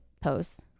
posts